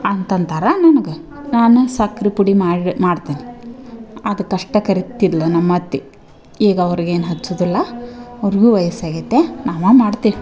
ಅಂತ ಅಂತಾರೆ ನನಗೆ ನಾನು ಸಕ್ರೆ ಪುಡಿ ಮಾಡಿ ಮಾಡ್ತೆನಿ ಅದಕ್ಕೆ ಅಷ್ಟಕ್ಕೆ ಅರಿತಿದ್ಲ ನಮ್ಮ ಅತ್ತೆ ಈಗ ಅವ್ರಿಗೆ ಏನು ಹಚ್ಚೊದಿಲ್ಲ ಅವ್ರ್ಗು ವಯಸ್ಸು ಆಗ್ಯೈತೆ ನಾವು ಮಾಡ್ತಿವಿ